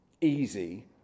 easy